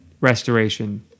restoration